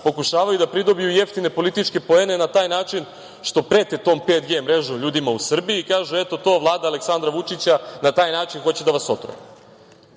pokušavaju da pridobiju jeftine političke poene na taj način što prete tom 5G mrežom ljudima u Srbiji. Kažu – eto to Vlada Aleksandra Vučića na taj način hoće da vas otruje.